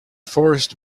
forest